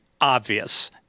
obvious